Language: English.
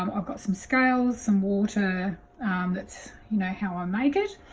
um i've got some scales some water that's you know how i make it.